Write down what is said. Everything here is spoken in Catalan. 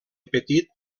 petit